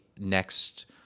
next